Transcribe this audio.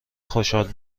خوشحال